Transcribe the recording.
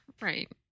right